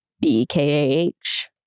B-K-A-H